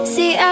See